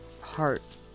heart